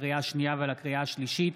לקריאה השנייה ולקריאה השלישית: